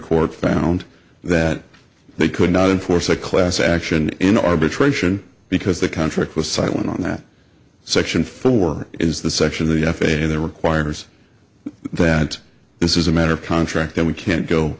court found that they could not enforce a class action in arbitration because the contract was silent on that section four is the section of the f a a there requires that this is a matter of contract and we can't go